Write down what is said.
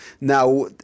Now